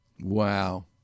Wow